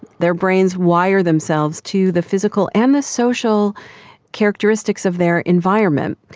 their brains wire themselves to the physical and the social characteristics of their environment.